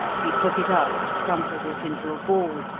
he took it up, crumpled it into a ball,